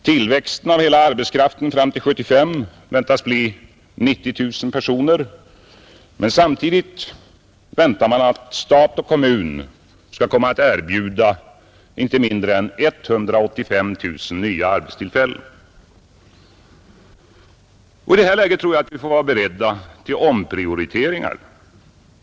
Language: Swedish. Tillväxten av hela arbetskraften fram till år 1975 väntas bli 90 000 personer, men samtidigt beräknar man att stat och kommun skall komma att erbjuda inte mindre än 185 000 nya arbetstillfällen. I det här läget tror jag att vi får vara beredda till omprioriteringar.